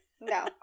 No